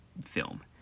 film